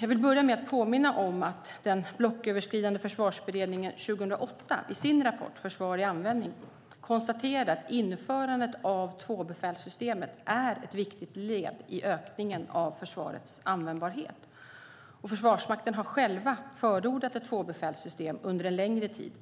Jag vill börja med att påminna om att den blocköverskridande Försvarsberedningen 2008 i sin rapport Försvar i användning konstaterade att införandet av tvåbefälssystemet är ett viktigt led i ökningen av försvarets användbarhet. Försvarsmakten har själv förordat ett tvåbefälssystem under en längre tid.